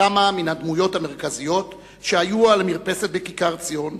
כמה מן הדמויות המרכזיות שהיו על המרפסת בכיכר-ציון